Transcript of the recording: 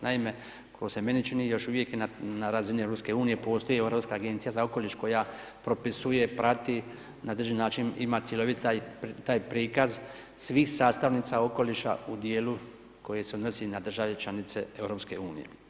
Naime, kako se meni čini još uvijek je na razini EU postoji Europska agencija za okoliš koja propisuje, prati, na određeni način ima cjelovit taj prikaz svih sastavnica okoliša u dijelu koji se odnosi na države članice EU.